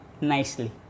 nicely